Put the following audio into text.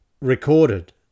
recorded